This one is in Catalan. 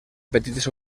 petites